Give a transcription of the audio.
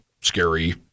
scary